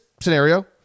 scenario